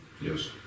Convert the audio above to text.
Yes